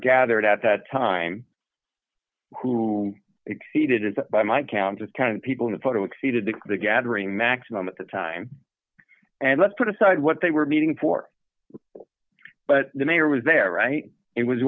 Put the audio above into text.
gathered at that time who exceeded is by my count just kind of people in the photo exceeded the the gathering maximum at the time and let's put aside what they were meeting for but the mayor was there right it was